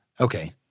Okay